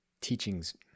teachings